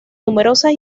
numerosas